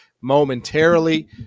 momentarily